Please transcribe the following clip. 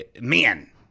man